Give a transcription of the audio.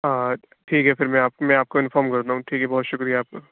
ہاں ٹھیک ہے پھر میں آپ میں آپ کو انفارم کرتا ہوں ٹھیک ہے بہت شُکریہ آپ کا